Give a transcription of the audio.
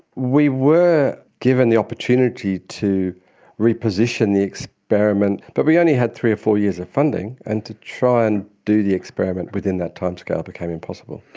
we were given the opportunity to reposition the experiment, but we only had three or four years of funding, and to try and do the experiment within that time scale became impossible.